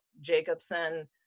Jacobson